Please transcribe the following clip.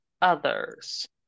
others